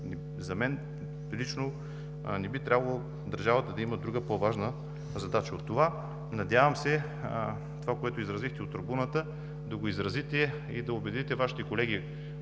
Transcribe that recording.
За мен лично не би трябвало държавата да има друга, по-важна задача от това. Надявам се това, което изразихте от трибуната, да го изразите и да убедите Вашите колеги